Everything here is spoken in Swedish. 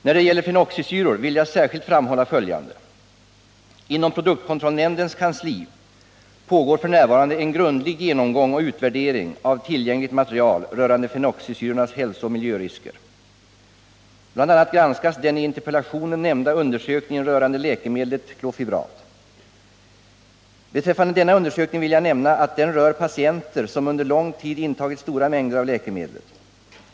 När det gäller fenoxisyror vill jag särskilt framhålla följande. Inom produktkontrollnämndens kansli pågår f.n. en grundlig genomgång och utvärdering av tillgängligt material rörande fenoxisyrornas hälsooch miljörisker. Bl. a. granskas den i interpellationen nämnda undersökningen rörande läkemedlet klofibrat. Beträffande denna undersökning vill jag nämna att den rör patienter som under lång tid intagit stora mängder av läkemedlet.